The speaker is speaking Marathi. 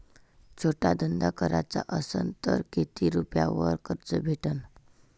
छोटा धंदा कराचा असन तर किती रुप्यावर कर्ज भेटन?